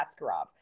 Askarov